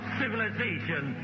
civilization